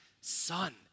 son